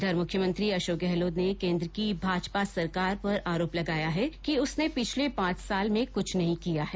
इधर मुख्यमंत्री अशोक गहलोत ने केन्द्र की भाजपा सरकार पर आरोप लगाया है कि उसने पिछले पांच साल में कुछ नहीं किया है